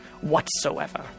whatsoever